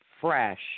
fresh